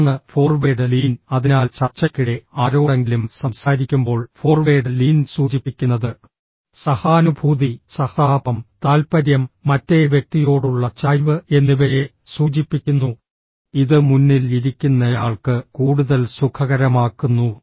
തുടർന്ന് forward lean അതിനാൽ ചർച്ചയ്ക്കിടെ ആരോടെങ്കിലും സംസാരിക്കുമ്പോൾ ഫോർവേഡ് ലീൻ സൂചിപ്പിക്കുന്നത് സഹാനുഭൂതി സഹതാപം താൽപ്പര്യം മറ്റേ വ്യക്തിയോടുള്ള ചായ്വ് എന്നിവയെ സൂചിപ്പിക്കുന്നു ഇത് മുന്നിൽ ഇരിക്കുന്നയാൾക്ക് കൂടുതൽ സുഖകരമാക്കുന്നു